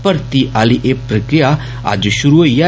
भर्थी आली एह् प्रक्रिया अज्ज षुरु होई ऐ